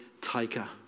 taker